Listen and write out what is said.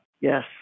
Yes